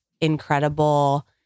incredible